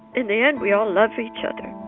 in the end we all love each other,